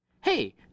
Hey